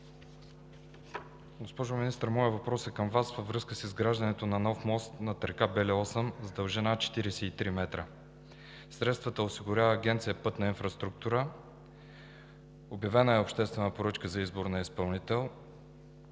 Госпожо Министър, моят въпрос към Вас е във връзка с изграждането на нов мост над река Бели Осъм с дължина 43 м. Средствата осигурява Агенция „Пътна инфраструктура“. Обявена е обществена поръчка за избор на изпълнител.